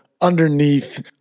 underneath